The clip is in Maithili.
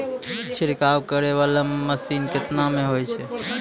छिड़काव करै वाला मसीन केतना मे होय छै?